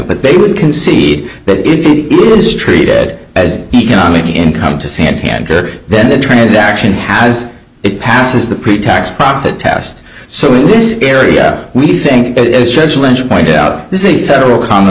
but they would concede that it is treated as economic income to santander then the transaction as it passes the pretax profit test so this area we think point out this is a federal common